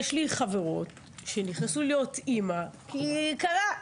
יש לי חברות שנכנסו להיות אימא כי קרה.